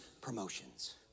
promotions